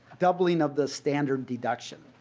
doubling of the standard deduction.